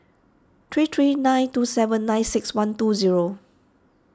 three three nine two seven nine six one two zero